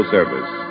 Service